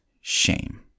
shame